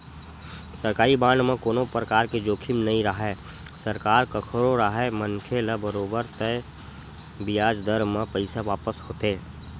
सरकारी बांड म कोनो परकार के जोखिम नइ राहय सरकार कखरो राहय मनखे ल बरोबर तय बियाज दर म पइसा वापस होथे